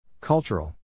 Cultural